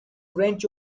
wrench